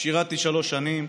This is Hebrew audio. שירתי שלוש שנים,